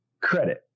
credit